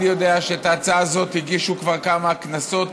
אני יודע שאת ההצעה הזאת הגישו כבר כמה כנסות,